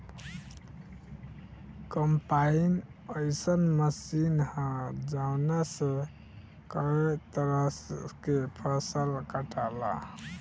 combine अइसन machine ह जवना से कए तरह के फसल कटाला